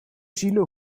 zielen